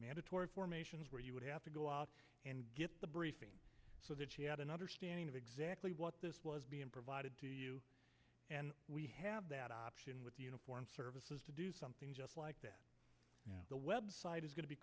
mandatory formations where you would have to go out and get the briefing so they had an understanding of exactly what this was being provided and we have that option with the uniformed services to do something just like that the website is going to be